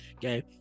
game